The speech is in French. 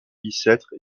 bicêtre